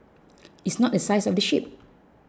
it's not the size of the ship